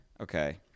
Okay